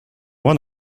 one